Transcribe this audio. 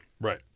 Right